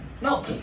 No